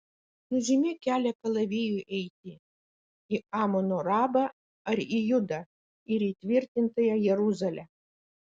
nužymėk kelią kalavijui eiti į amono rabą ar į judą ir įtvirtintąją jeruzalę